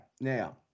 Now